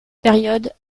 période